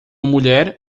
mulher